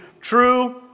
true